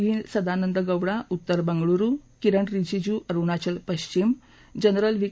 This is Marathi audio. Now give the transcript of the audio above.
व्ही सदानंद गौडा उत्तर बंगळूरु किरन रीजिजू अरुणाचल पश्चिम जनरल व्ही